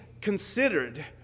considered